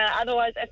otherwise